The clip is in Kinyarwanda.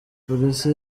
polisi